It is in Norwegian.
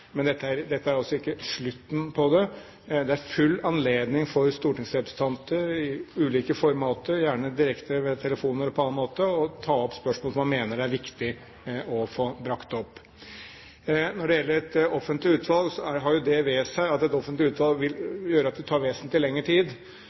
Men dette er altså ikke slutten på det. Det er full anledning for stortingsrepresentanter i ulike formater – gjerne direkte ved telefoner og på annen måte – å ta opp spørsmål som man mener er viktig å få brakt opp. Når det gjelder et offentlig utvalg: Et offentlig utvalg har jo det ved seg at